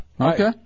Okay